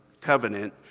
Covenant